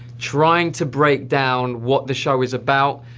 trying to break down what the show is about,